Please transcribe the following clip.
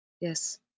yes